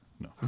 No